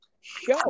show